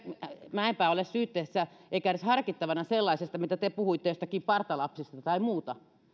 mäenpää ole nyt syytteessä eikä edes harkittavana sellaisesta mistä te puhuitte jostakin partalapsista tai muusta